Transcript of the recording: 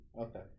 Okay